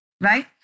right